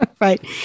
Right